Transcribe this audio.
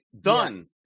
done